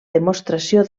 demostració